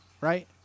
right